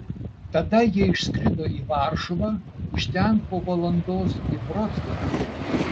tada jie išskrido į varšuvą iš ten po valandos į vroclavą